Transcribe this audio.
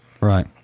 right